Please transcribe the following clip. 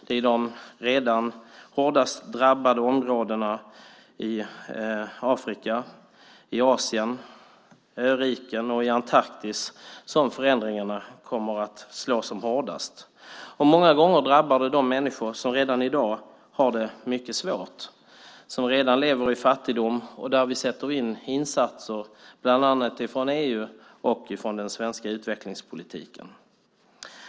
Det är i de redan hårdast drabbade områdena i Afrika, Asien, öriken och Antarktis som förändringarna kommer att slå som hårdast. Många gånger drabbar det de människor som redan i dag har det mycket svårt. De lever redan i fattigdom. Där sätter vi in insatser bland annat från EU och från den svenska utvecklingspolitiken.